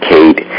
Kate